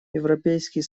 европейский